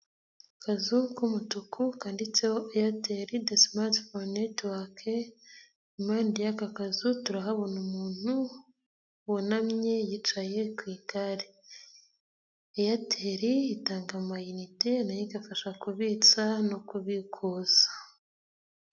Akazu k'umutuku kanditseho eyateli do simati foru netiwake, impande y'ako kazu turahabona umuntu wunamye, yicaye ku igare. Eyateli itanga amayinite, na yo igafasha kubitsa no kubikuza.